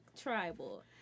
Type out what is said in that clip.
tribal